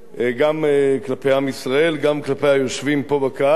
גם כלפי עם ישראל, גם כלפי היושבים פה, בקהל,